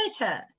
later